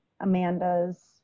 Amanda's